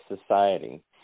society